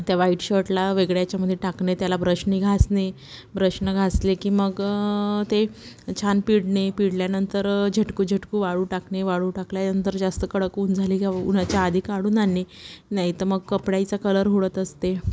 त्या वाईट शर्टला वेगळ्या याच्यामध्ये टाकणे त्याला ब्रशनी घासणे ब्रशने घासले की मग ते छान पिळणे पिळल्यानंतर झटकू झटकू वाळू टाकणे वाळू टाकल्यानंतर जास्त कडक ऊन झाली कि उन्हाच्या आधी काढून आनणे नाही तर मग कपड्यांचा कलर उडत असते